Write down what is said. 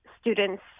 students